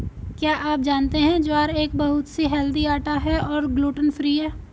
क्या आप जानते है ज्वार एक बहुत ही हेल्दी आटा है और ग्लूटन फ्री है?